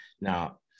Now